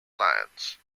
lyons